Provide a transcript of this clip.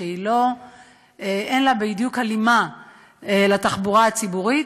שאין לה בדיוק הלימה לתחבורה הציבורית,